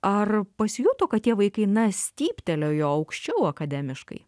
ar pasijuto kad tie vaikai na styptelėjo aukščiau akademiškai